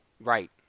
Right